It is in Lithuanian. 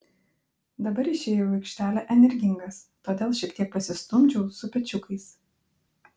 dabar išėjau į aikštelę energingas todėl šiek tiek pasistumdžiau su pečiukais